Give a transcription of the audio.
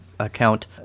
account